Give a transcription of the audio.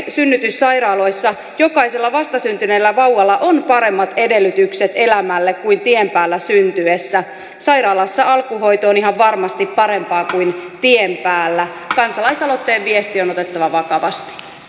synnytyssairaaloissa jokaisella vastasyntyneellä vauvalla on paremmat edellytykset elämälle kuin tien päällä syntyessä sairaalassa alkuhoito on ihan varmasti parempaa kuin tien päällä kansalaisaloitteen viesti on otettava vakavasti